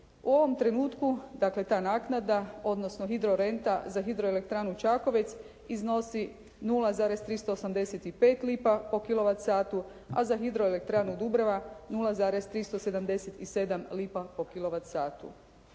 U ovom trenutku, dakle ta naknada, odnosno hidro renta za hidro elektranu Čakovec iznosi 0,385 lipa po kilovat satu, a za hidro elektranu Dubrava 0,377 lipa po